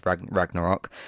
ragnarok